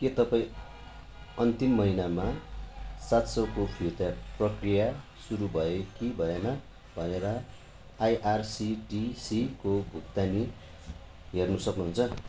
के तपाईँ अन्तिम महिनामा सात सौको फिर्ता प्रक्रिया सुरु भयो कि भएन भनेर आइआरसिटिसीको भुक्तानी हेर्न सक्नुहुन्छ